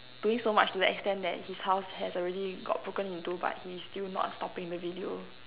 doing so much to the extent that his house has already got broken into but he's still not stopping the video